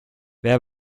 wer